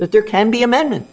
that there can be amendment